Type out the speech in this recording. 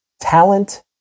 talent